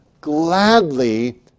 gladly